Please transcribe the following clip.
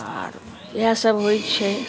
आर इएह सभ होइ छै